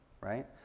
right